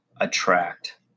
attract